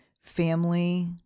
family